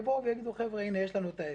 יגידו יש לנו את ההיתר,